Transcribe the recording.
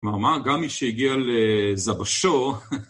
כלומר, מה? גם מי שהגיע לזבשו לא תמיד יצליח לפתור את הבעיה שלו